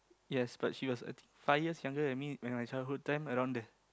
yes but she was I think five years younger than me when my childhood time around there